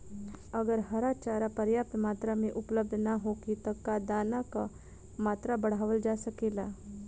अगर हरा चारा पर्याप्त मात्रा में उपलब्ध ना होखे त का दाना क मात्रा बढ़ावल जा सकेला?